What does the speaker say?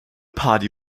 party